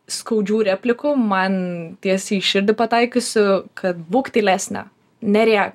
skaudžių replikų man tiesiai į širdį pataikiusių kad būk tylesnė nerėk